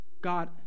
God